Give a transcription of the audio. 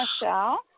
Michelle